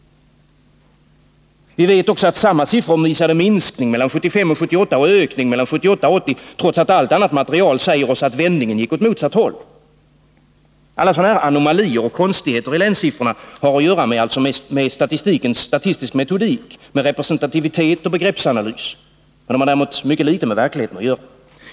Vi vet också att siffrorna visade en minskning 1975-1978 och en ökning 1978-1980, trots att allt annat material säger oss att vändningen gick åt motsatt håll. Alla sådana här anomalier och konstigheter när det gäller länssiffrorna har att göra med statistisk metodik, med respresentativitet och begreppsanalys. Däremot har det mycket litet med verkligheten att göra.